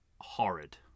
horrid